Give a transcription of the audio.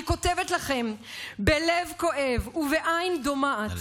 אני כותבת לכם בלב כואב ובעין דומעת,